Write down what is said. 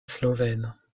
slovène